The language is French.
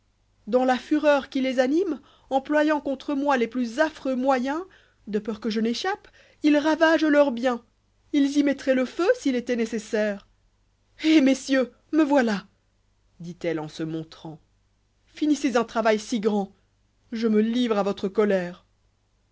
dans la fureur qui les animé employant contre moi les plus affreux moyeu de peur que je n'échappe ils ravagent leurs bien ils y mettraient le feu s'il étoit nécessaire eh messieurs me voilà dit-elle en se montrant finissez un travail si grand je me livre à votre colère